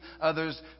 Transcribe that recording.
others